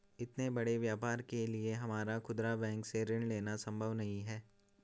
इतने बड़े व्यापार के लिए हमारा खुदरा बैंक से ऋण लेना सम्भव नहीं है